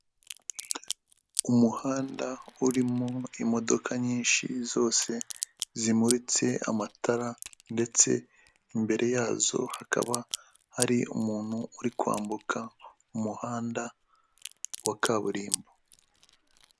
Umuhanda urimo imodoka nyinshi, zose zimuritse amatara ndetse imbere yazo hakaba hari umuntu uri kwambuka umuhanda wa kaburimbo.